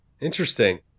Interesting